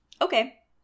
Okay